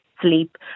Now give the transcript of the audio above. sleep